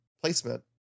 placement